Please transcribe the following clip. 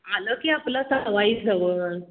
आलं की आपलं सवाई जवळ